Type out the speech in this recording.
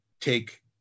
take